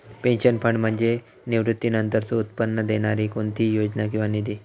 pension fund म्हणजे निवृत्तीनंतरचो उत्पन्न देणारी कोणतीही योजना किंवा निधी